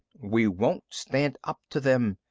we won't stand up to them.